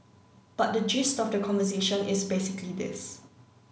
but the gist of the conversation is basically this